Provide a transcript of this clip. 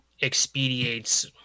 expedites